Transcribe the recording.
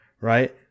right